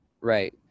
right